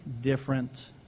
different